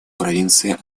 провинции